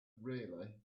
really